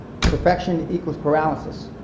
perfection equals paralysis.